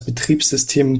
betriebssystem